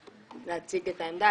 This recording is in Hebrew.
להציג את העמדה.